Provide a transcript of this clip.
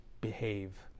behave